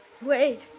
Wait